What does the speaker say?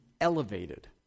elevated